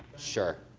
sure.